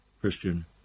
Christian